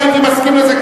אם הייתי מסכים לזה,